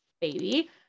baby